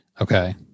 Okay